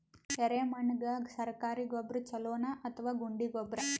ಎರೆಮಣ್ ಗೆ ಸರ್ಕಾರಿ ಗೊಬ್ಬರ ಛೂಲೊ ನಾ ಅಥವಾ ಗುಂಡಿ ಗೊಬ್ಬರ?